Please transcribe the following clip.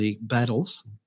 battles